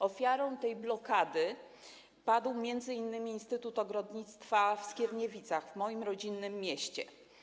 Ofiarą tej blokady padł m.in. Instytut Ogrodnictwa w Skierniewicach, moim rodzinnym mieście.